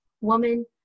woman